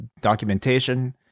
documentation